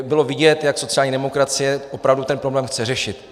Bylo vidět, jak sociální demokracie opravdu ten problém chce řešit.